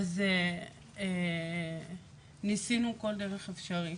אז ניסינו כל דרך אפשרית.